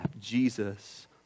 Jesus